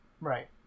Right